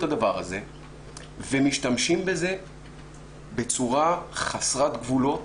הדבר הזה ומשתמשים בזה בצורה חסרת גבולות.